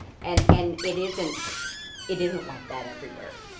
and and it isn't it isn't like that everywhere.